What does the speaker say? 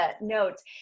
notes